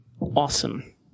Awesome